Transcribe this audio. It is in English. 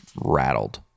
rattled